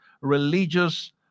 religious